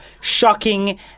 shocking